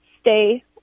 stay